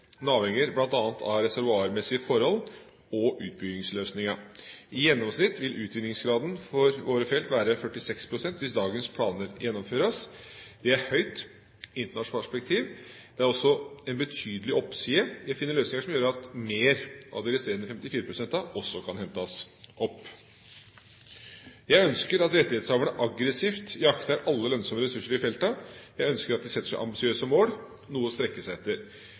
avhenger bl.a. av reservoarmessige forhold og utbyggingsløsningen. I gjennomsnitt vil uvinningsgraden for våre felt være 46 pst., hvis dagens planer gjennomføres. Det er høyt i internasjonalt perspektiv. Det er også en betydelig oppside i å finne løsninger som gjør at mer av de resterende 54 pst. også kan hentes opp. Jeg ønsker at rettighetshaverne aggressivt jakter alle lønnsomme ressurser i feltene. Jeg ønsker at de setter seg ambisiøse mål, noe å strekke seg etter.